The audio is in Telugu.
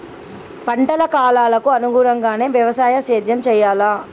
పంటల కాలాలకు అనుగుణంగానే వ్యవసాయ సేద్యం చెయ్యాలా?